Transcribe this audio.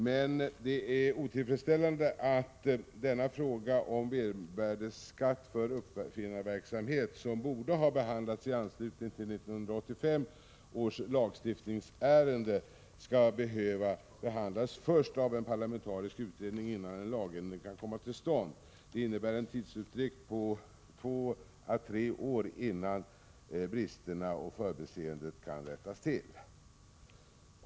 Men det är otillfredsställande att denna fråga om mervärdeskatt på uppfinnarverksamhet, som borde ha behandlats i anslutning till 1985 års lagstiftningsärende, skall behöva behandlas först av en parlamentarisk utredning, innan en lagändring kan komma till stånd. Det innebär en tidsutdräkt på två till tre år, innan bristerna och förbiseendet kan rättas till.